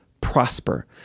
prosper